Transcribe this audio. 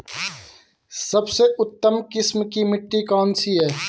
सबसे उत्तम किस्म की मिट्टी कौन सी है?